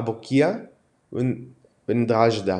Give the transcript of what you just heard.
אבדוקיה ונדז'דה.